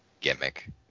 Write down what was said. gimmick